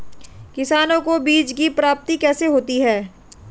किसानों को बीज की प्राप्ति कैसे होती है?